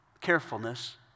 carefulness